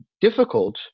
difficult